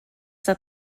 that